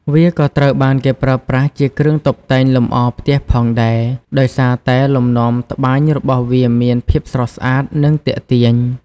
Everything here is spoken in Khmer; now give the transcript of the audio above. វាក៏ត្រូវបានគេប្រើប្រាស់ជាគ្រឿងតុបតែងលម្អផ្ទះផងដែរ ដោយសារតែលំនាំត្បាញរបស់វាមានភាពស្រស់ស្អាតនិងទាក់ទាញ។